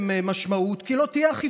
זוכר את אלה שמחאו כפיים?